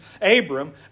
Abram